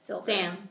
Sam